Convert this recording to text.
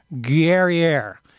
Guerriere